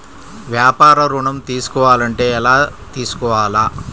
వ్యాపార ఋణం తీసుకోవాలంటే ఎలా తీసుకోవాలా?